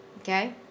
Okay